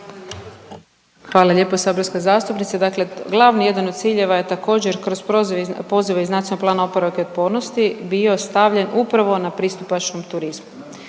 Hvala lijepa saborska zastupnice, dakle glavni jedan od ciljeva je također kroz pozive iz NPOO-a bio stavljen upravo na pristupačni turizam,